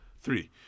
Three